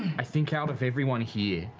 i think out of everyone here,